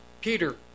Peter